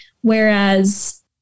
Whereas